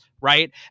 Right